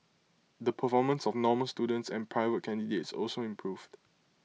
the performance of normal students and private candidates also improved